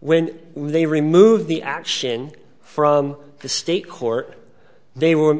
when they remove the action from the state court they were